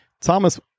Thomas